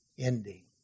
ending